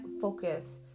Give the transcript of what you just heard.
focus